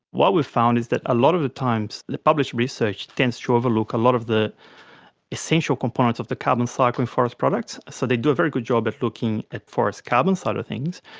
what we've found is that a lot of the times the published research tends to overlook a lot of the essential components of the carbon cycling forest products. so they do a very good job of looking at the forest carbon side of things,